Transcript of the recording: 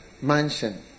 mansion